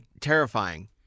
terrifying